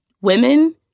women